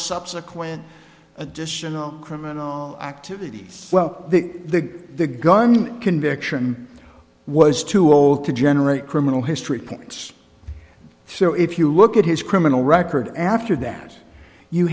subsequent additional criminal activities well the the gun conviction was too old to generate criminal history points so if you look at his criminal record after that you